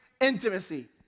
intimacy